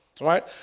Right